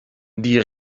die